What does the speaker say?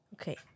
Okay